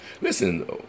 listen